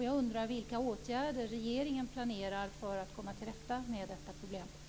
Jag undrar vilka åtgärder regeringen planerar för att komma till rätta med detta problem.